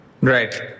Right